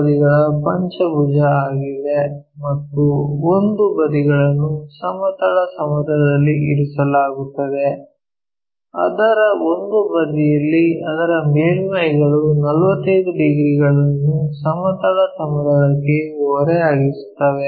ಬದಿಗಳ ಪಂಚಭುಜ ಆಗಿದೆ ಮತ್ತು ಒಂದು ಬದಿಗಳನ್ನು ಸಮತಲ ಸಮತಲದಲ್ಲಿ ಇರಿಸಲಾಗುತ್ತದೆ ಅದರ ಒಂದು ಬದಿಯಲ್ಲಿ ಅದರ ಮೇಲ್ಮೈಗಳು 45 ಡಿಗ್ರಿಗಳನ್ನು ಸಮತಲ ಸಮತಲಕ್ಕೆ ಓರೆಯಾಗಿಸುತ್ತವೆ